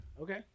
Okay